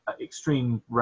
extreme